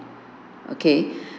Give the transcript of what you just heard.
okay